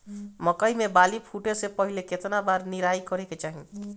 मकई मे बाली फूटे से पहिले केतना बार निराई करे के चाही?